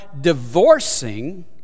divorcing